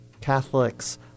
Catholics